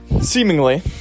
Seemingly